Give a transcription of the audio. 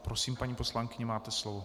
Prosím, paní poslankyně, máte slovo.